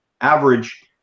average